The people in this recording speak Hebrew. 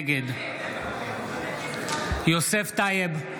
נגד יוסף טייב,